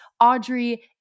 Audrey